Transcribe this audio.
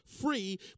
free